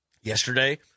yesterday